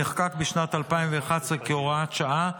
נחקק בשנת 2011 כהוראת שעה,